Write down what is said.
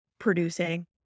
producing